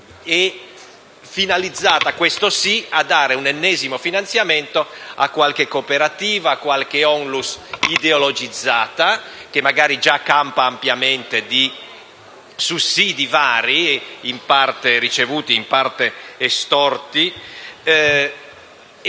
finalizzata - questo sì - ad erogare un ennesimo finanziamento a qualche cooperativa, a qualche ONLUS ideologizzata, che magari già campa ampiamente di sussidi vari, in parte ricevuti, in parte estorti. A